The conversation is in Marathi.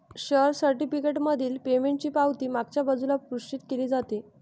शेअर सर्टिफिकेट मधील पेमेंटची पावती मागच्या बाजूला पुष्टी केली जाते